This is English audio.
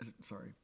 sorry